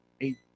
Eight